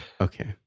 Okay